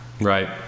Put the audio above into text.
Right